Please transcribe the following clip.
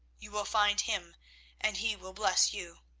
you will find him and he will bless you.